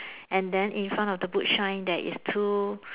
and then in front of the boot shine there is two